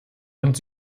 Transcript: und